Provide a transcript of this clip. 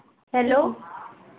hello